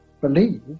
believe